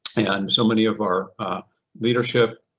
and so many of our leadership,